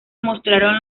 mostraron